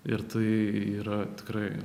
ir tai yra tikrai